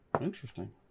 Interesting